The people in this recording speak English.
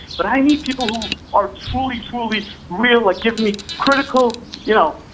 but i need people who are truly, truly real at giving me critical, you know,